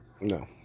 no